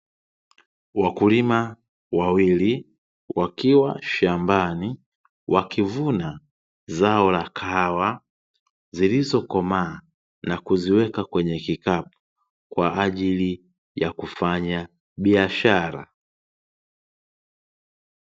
Wakulima wawili wakiwa shambani wakivuna zao la Kahawa zilizokomaa na kuziweka kwenye kikapu kwa ajili ya kufanya biashara.